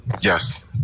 yes